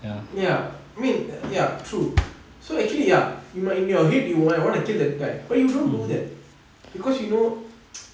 ya I mean ya true so actually ya you might in your head you might want to kill the guy but you don't do that because you know